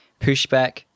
pushback